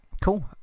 Cool